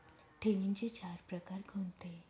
ठेवींचे चार प्रकार कोणते?